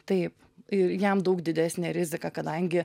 taip ir jam daug didesnė rizika kadangi